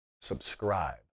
Subscribe